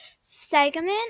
segment